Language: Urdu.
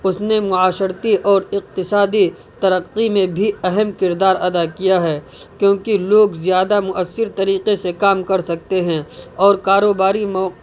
اس نے معاشرتی اور اقتصادی ترقی میں بھی اہم کردار ادا کیا ہے کیوںکہ لوگ زیادہ مؤثر طریقے سے کام کر سکتے ہیں اور کاروباری مو